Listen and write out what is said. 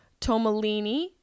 Tomolini